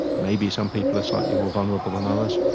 maybe some people are slightly more vulnerable than others,